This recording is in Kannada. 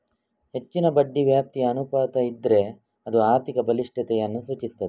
ಹೆಚ್ಚಿನ ಬಡ್ಡಿ ವ್ಯಾಪ್ತಿ ಅನುಪಾತ ಇದ್ರೆ ಅದು ಆರ್ಥಿಕ ಬಲಿಷ್ಠತೆಯನ್ನ ಸೂಚಿಸ್ತದೆ